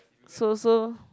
so so